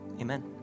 amen